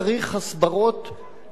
ונימוקים כבדים,